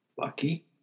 lucky